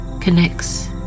connects